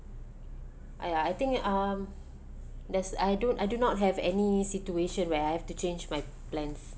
ah ya I think um there's I don't I do not have any situation where I have to change my plans